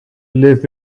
live